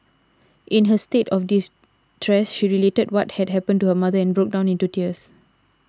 in her state of distress she related what had happened to her mother and broke down in tears